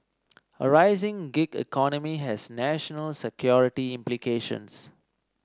a rising gig economy has national security implications